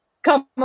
come